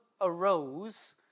arose